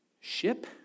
Ship